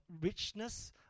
richness